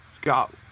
Scott